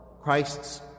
christ's